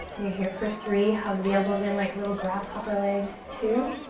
you're here for three. hug the elbows in like little grasshopper legs, two.